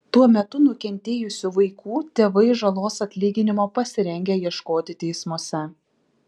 tuo metu nukentėjusių vaikų tėvai žalos atlyginimo pasirengę ieškoti teismuose